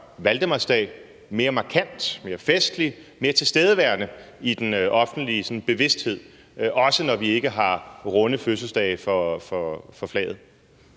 valdemarsdag mere markant, mere festlig, mere tilstedeværende i den offentlige bevidsthed, også når vi ikke har runde fødselsdage for flaget?